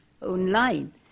online